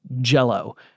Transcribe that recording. jello